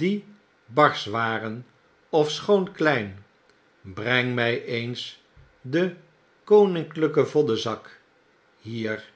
die barsch waren ofschoon klein breng my eens den koninklijken voddenzak hier